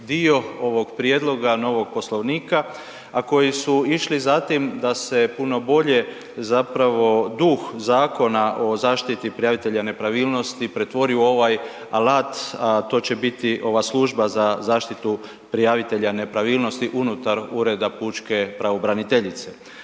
dio ovog prijedloga novog Poslovnika, a koji su išli za tim da se puno bolje zapravo duh Zakona o zaštiti prijavitelja nepravilnosti pretvori u ovaj alat, a to će biti ova služba za zaštitu prijavitelja nepravilnosti unutar Ureda pučke pravobraniteljice.